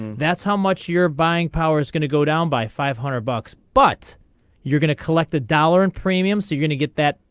that's how much your buying power is going to go down by five hundred bucks but you're gonna collect the dollar in premiums are going to get that.